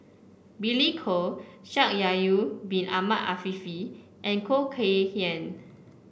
Billy Koh Shaikh Yahya Bin Ahmed Afifi and Khoo Kay Hian